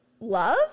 Love